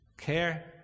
care